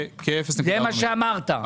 זה מה שאמרת,